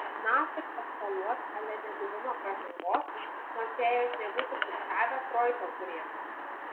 nafik eskaluot a le nebuvimą pražangos nors jei jos nebūtų fiksavę troicą turėtų